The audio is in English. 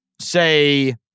say